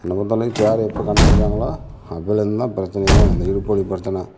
என்னை பொறுத்த வரைக்கும் சேர் எப்போ கண்டுபிடிச்சாங்களோ அப்பையில இருந்து தான் பிரச்சனையே இந்த இடுப்பு வலி பிரச்சனை